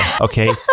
Okay